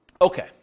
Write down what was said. Okay